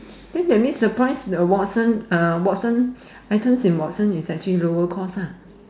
then that means the price the Watson uh Watson items in Watson is actually lower cost ah